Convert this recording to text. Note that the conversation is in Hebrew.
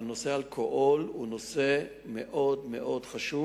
אבל נושא האלכוהול הוא נושא מאוד מאוד חשוב.